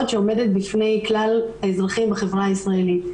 שעומדת בפני כלל האזרחים בחברה הישראלית.